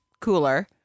Cooler